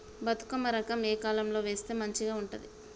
బతుకమ్మ రకం ఏ కాలం లో వేస్తే మంచిగా ఉంటది?